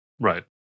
right